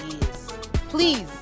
Please